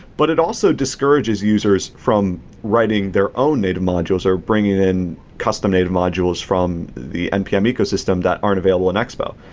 but is also discourages users from writing their own native modules or bringing in custom-native modules from the npm ecosystem that aren't available in expo.